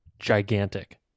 Gigantic